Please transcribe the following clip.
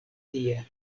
tie